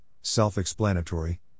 self-explanatory